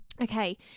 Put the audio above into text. Okay